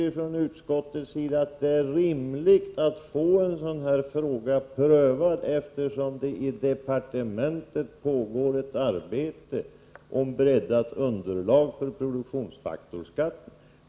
Vi från utskottet tycker att det är rimligt att få en sådan här fråga prövad, eftersom det i departementet pågår en utredning om breddat underlag för produktionsfaktorskatt.